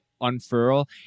unfurl